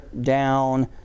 down